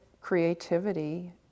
creativity